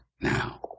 now